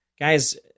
Guys